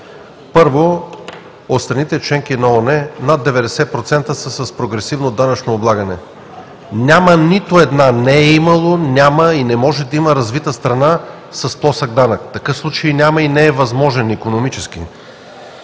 Първо, от страните – членки на ООН над 90% са с прогресивно данъчно облагане. Няма нито една, не е имало, няма и не може да има развита страна с плосък данък. Такъв случай няма и не е възможен икономически.